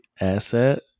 asset